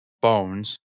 Bones